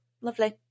lovely